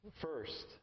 First